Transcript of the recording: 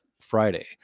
Friday